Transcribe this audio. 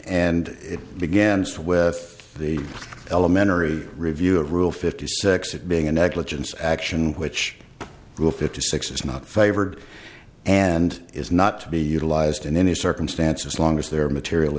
and it begins with the elementary review of rule fifty six it being a negligence action which grew fifty six is not favored and is not to be utilized in any circumstance as long as there are material